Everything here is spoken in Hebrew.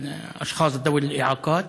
(חוזר על המונח בערבית.)